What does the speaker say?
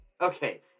Okay